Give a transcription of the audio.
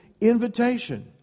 invitation